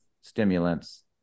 stimulants